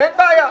אין בעיה.